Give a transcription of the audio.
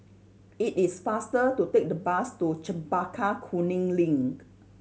it is faster to take the bus to Chempaka Kuning Link